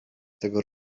tego